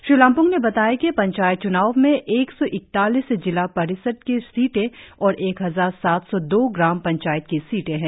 श्री लमप्ंग ने बताया कि पंचायत च्नाव में एक सौ इकतालीस जिला परिषद की सीटे और एक हजार सात सौ दो ग्राम पंचायत की सीटें है